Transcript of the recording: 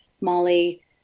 Molly